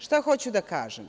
Šta hoću da kažem?